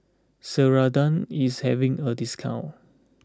Ceradan is having a discount